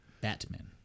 Batman